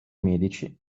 medici